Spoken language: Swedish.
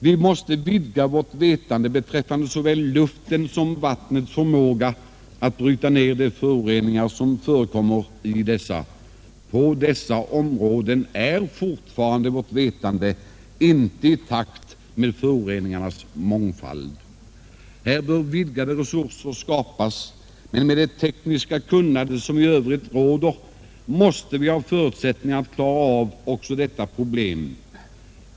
Vi måste vidga vårt vetande beträffande såväl luftens som vattnets förmåga att bryta ned de föroreningar som förekommer. På dessa områden är vårt vetande inte i takt med föroreningarnas mångfald. Här bör vidgade resurser skapas, men med det tekniska kunnande som finns i övrigt måste vi ha förutsättningar att klara av också detta problem.